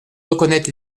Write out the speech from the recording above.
reconnaître